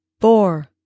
four